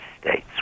States